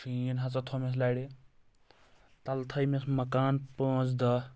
شیٖن ہسا تھوٚومس لَرِ تَلہِ تھٲیمَس مَکان پانٛژھ دَہ